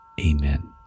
Amen